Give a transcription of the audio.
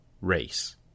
race